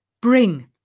bring